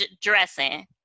dressing